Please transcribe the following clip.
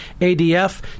ADF